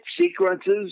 sequences